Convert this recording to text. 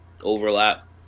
overlap